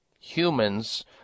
Humans